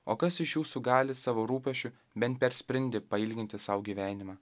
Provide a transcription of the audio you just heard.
o kas iš jūsų gali savo rūpesčiu bent per sprindį pailginti sau gyvenimą